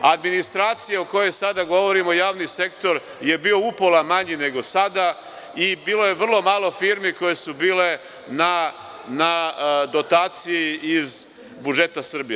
Administracija o kojoj sada govorimo, javni sektor je bio upola manji nego sada i bilo je vrlo malo firmi koje su bile na dotaciji iz budžeta Srbije.